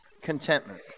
Contentment